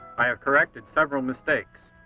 i have corrected several mistakes.